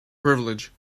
privilege